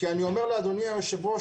כי אני אומר לאדוני היושב ראש,